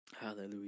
Hallelujah